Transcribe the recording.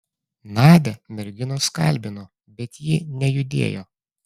nadią merginos kalbino bet ji nejudėjo